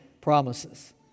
promises